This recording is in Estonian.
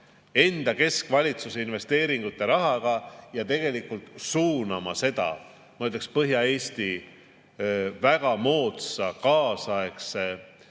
enda keskvalitsuse investeeringute rahaga ja tegelikult suunama selle, ma ütleksin, Põhja‑Eesti väga moodsa, nüüdisaegse